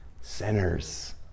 Sinners